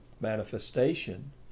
manifestation